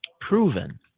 proven